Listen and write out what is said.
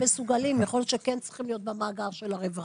שמסוגלים כן צריכים להיות במאגר של הרווחה.